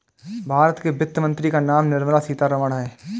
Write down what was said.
भारत के वित्त मंत्री का नाम निर्मला सीतारमन है